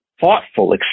thoughtful